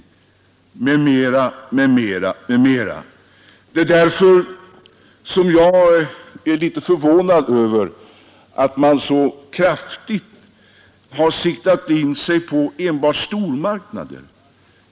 Det är därför jag är litet förvånad över att man så kraftigt har siktat in sig på enbart stormarknader.